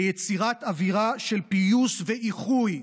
ליצירת אווירה של פיוס ואיחוי.